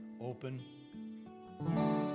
open